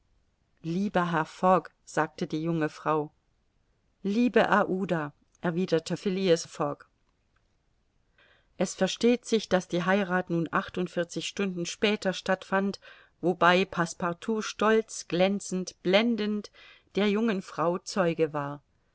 lieber herr fogg sagte die junge frau liebe aouda erwiderte phileas fogg es versteht sich daß die heirat nun achtundvierzig stunden später stattfand wobei passepartout stolz glänzend blendend der jungen frau zeuge war